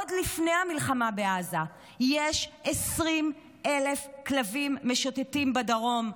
עוד לפני המלחמה בעזה יש 20,000 כלבים משוטטים בדרום,